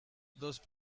those